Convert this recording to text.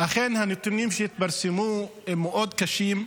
אכן הנתונים שהתפרסמו הם מאוד קשים,